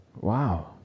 Wow